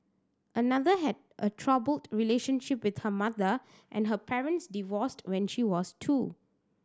another had a troubled relationship with her mother and her parents divorced when she was two